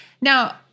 Now